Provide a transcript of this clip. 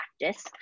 practice